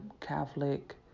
Catholic